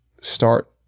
start